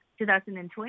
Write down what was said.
2020